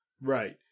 Right